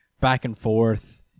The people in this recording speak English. back-and-forth